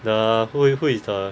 the who who is the